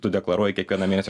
tu deklaruoji kiekvieną mėnesį